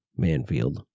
Manfield